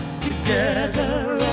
together